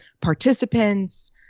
participants